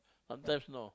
sometimes no